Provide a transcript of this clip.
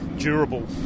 durable